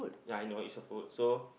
ya I know it's a food so